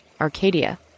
Arcadia